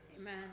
Amen